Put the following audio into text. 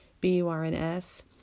B-U-R-N-S